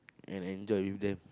and enjoy with them